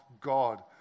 God